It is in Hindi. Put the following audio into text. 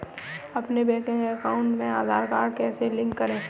अपने बैंक अकाउंट में आधार कार्ड कैसे लिंक करें?